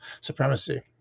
supremacy